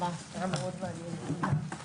הישיבה ננעלה בשעה 11:25.